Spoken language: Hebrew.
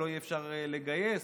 לא יהיה אפשר לגייס,